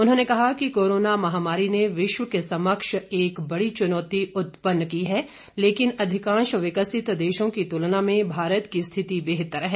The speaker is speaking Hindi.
उन्होंने कहा कि कोरोना महामारी ने विश्व के समक्ष एक बड़ी चुनौती उत्पन्न की है लेकिन अधिकांश विकसित देशों की तुलना में भारत की स्थिति बेहतर है